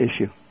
issue